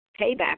Payback